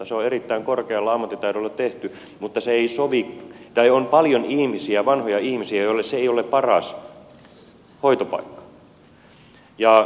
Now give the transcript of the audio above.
se on erittäin korkealla ammattitaidolla tehty mutta on paljon vanhoja ihmisiä joille se ei ole paras hoitopaikka